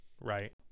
Right